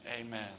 Amen